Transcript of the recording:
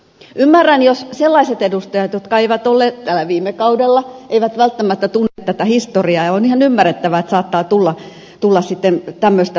ymmärrän jos sellaiset edustajat jotka eivät olleet täällä viime kaudella eivät välttämättä tunne tätä historiaa ja on ihan ymmärrettävää että saattaa tulla sitten tämmöistä sanomista